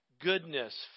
goodness